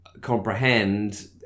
comprehend